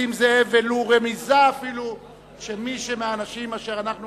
נסים זאב ולו רמיזה אפילו שמי מהאנשים אשר אנחנו